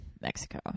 Mexico